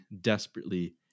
desperately